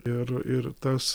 ir ir tas